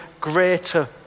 greater